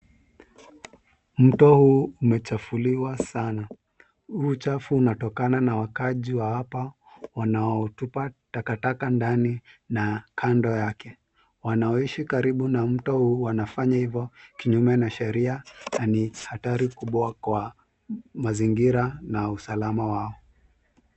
Mto huu umechafuliwa sana. Huu uchafu unatokana na wakaaji wa hapa wanaotupa takataka ndani na kando yake. Wanaoishi karibu na mto huu wanafanya hivyo kinyume na sheria na ni hatari kubwa kwa mazingira na usalama wao.